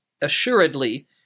assuredly